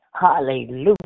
hallelujah